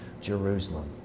Jerusalem